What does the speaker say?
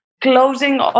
closing